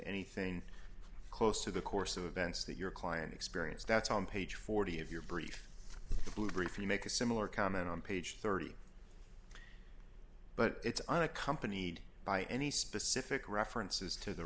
anything close to the course of events that your client experienced that's on page forty of your brief the brief you make a similar comment on page thirty but it's unaccompanied by any specific references to the